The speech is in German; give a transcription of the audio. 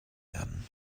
werden